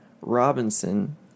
Robinson